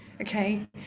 Okay